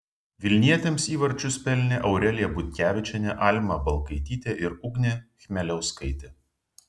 vilnietėms įvarčius pelnė aurelija butkevičienė alma balkaitytė ir ugnė chmeliauskaitė